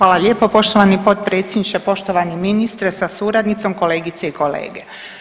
Hvala lijepo poštovani potpredsjedniče, poštovani ministre sa suradnicom, kolegice i kolege.